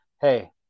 hey